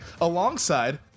alongside